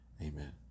Amen